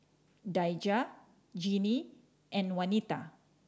Daija Gennie and Wanita